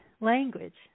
language